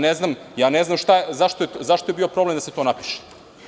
Ne znam zašto je bio problem da se to napiše.